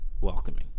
welcoming